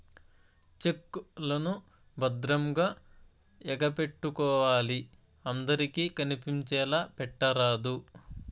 check లను భద్రంగా ఎగపెట్టుకోవాలి అందరికి కనిపించేలా పెట్టరాదు